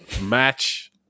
match